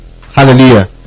Hallelujah